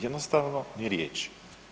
Jednostavno, ni riječi.